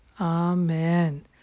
Amen